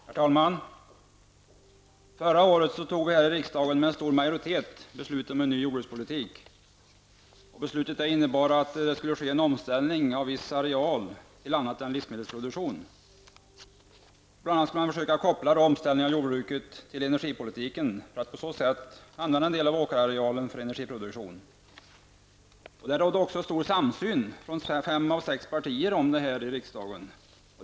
Herr talman! Förra året fattade vi här i riksdagen med stor majoritet ett beslut om en ny jordbrukspolitik. Beslutet innebar att det skulle ske en omställning av viss areal till annat än livsmedelsproduktion. Bl.a. skulle man kunna försöka koppla omställningen av jordbruket till energipolitiken, för att på så sätt använda en del av åkerarealen för energiproduktion. Det rådde också en stor samsyn hos fem av de sex partier om detta här i riksdagen.